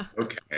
okay